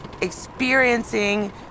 experiencing